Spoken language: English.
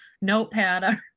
notepad